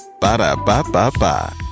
Ba-da-ba-ba-ba